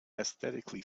aesthetically